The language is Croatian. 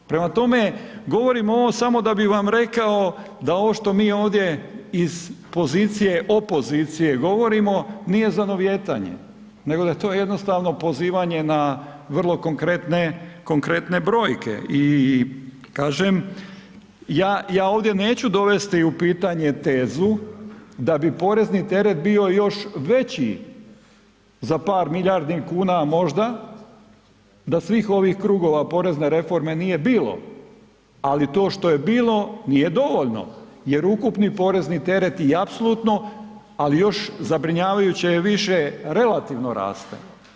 Prema tome, govorim ovo samo da bi vam rekao da ovo što mi ovdje iz pozicije opozicije govorimo, nije zanovijetanje nego da je to jednostavno pozivanje na vrlo konkretne brojke i kažem, ja ovdje neću dovesti u pitanje tezu da bi porezni teret bio još veći za par milijardi kuna možda, da svih ovih krugova porezne reforme nije bilo ali to što je bilo, nije dovoljno jer ukupni porezni teret je apsolutno ali još zabrinjavajuće je više relativno raste.